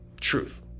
Truth